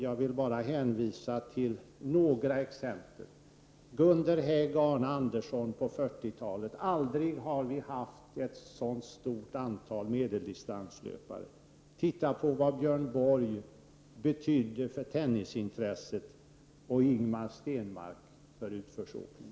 Jag vill bara hänvisa till några exempel. Vi har aldrig haft ett så stort antal medeldistanslöpare som under 40-talet, då Gunder Hägg och Arne Andersson var aktiva. Se på vad Björn Borg betytt för tennisintresset och Ingemar Stenmark för intresset för utförsåkning!